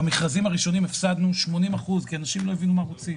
במכרזים הראשונים הפסדנו 80 אחוז כי אנשים לא הבינו מה רוצים,